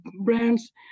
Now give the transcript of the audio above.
brands